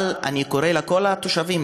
אבל אני קורא לכל התושבים,